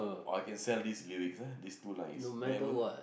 or I can sell these lyrics ah these two lines never